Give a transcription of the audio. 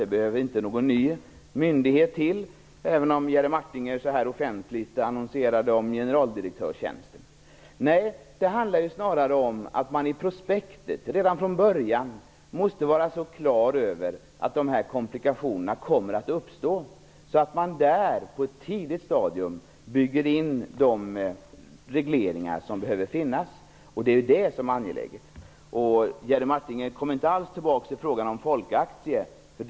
Det behövs ingen ny myndighet till det, även om Jerry Martinger så här offentligt annonserade en generaldirektörstjänst. Nej, det handlar snarare om att man i prospektet redan från början måste vara så klar över att de här komplikationerna kommer att uppstå att man på ett tidigt stadium bygger in de regleringar som behövs. Det är detta som är angeläget. Jerry Martinger återkom inte alls till frågan om folkaktier.